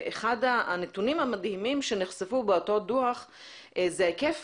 אחד הנתונים המדהימים שנחשפו באותו דוח זה היקף